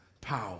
power